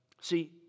See